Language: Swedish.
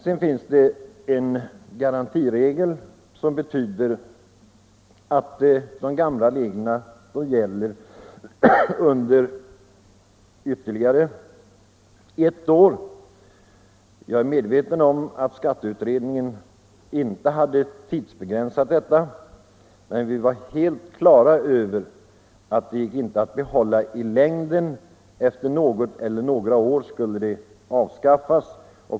Sedan finns det en garantiregel som innebär att de gamla reglerna gäller under ytterligare ett år. Jag är medveten om att skatteutredningen inte hade tidsbegränsat detta, men vi var helt på det klara med att de gamla reglerna inte gick att behålla i längden; efter något eller några år skulle de avskaffas.